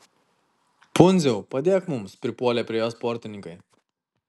pundziau padėk mums pripuolė prie jo sportininkai